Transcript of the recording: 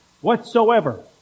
whatsoever